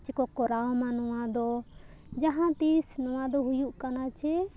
ᱥᱮᱠᱚ ᱠᱚᱨᱟᱣ ᱢᱟ ᱱᱚᱣᱟ ᱫᱚ ᱡᱟᱦᱟᱸ ᱛᱤᱥ ᱱᱚᱣᱟ ᱫᱚ ᱦᱩᱭᱩᱜ ᱠᱟᱱᱟ ᱡᱮ